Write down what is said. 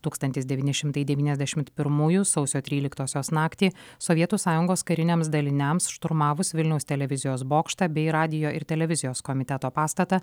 tūkstantis devyni šimtai devyniasdešimt pirmųjų sausio tryliktosios naktį sovietų sąjungos kariniams daliniams šturmavus vilniaus televizijos bokštą bei radijo ir televizijos komiteto pastatą